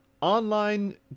online